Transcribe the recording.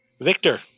Victor